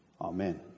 Amen